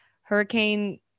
Hurricane